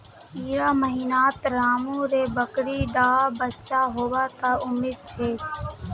इड़ा महीनात रामु र बकरी डा बच्चा होबा त उम्मीद छे